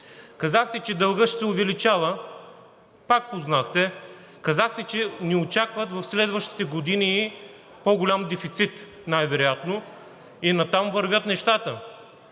Казахте, че дългът ще се увеличава – пак познахте. Казахте, че ни очаква в следващите години по-голям дефицит най-вероятно – и натам вървят нещата.